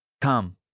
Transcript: Come